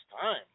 time